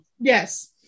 Yes